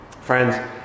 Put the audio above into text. Friends